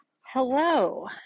Hello